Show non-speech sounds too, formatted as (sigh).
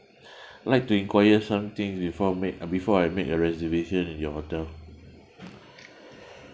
(breath) like to enquire something before made uh before I make a reservation in your hotel (breath)